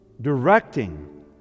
directing